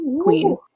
Queen